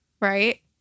Right